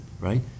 right